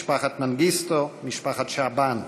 משפחת מנגיסטו, משפחת שעבאן,